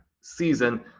season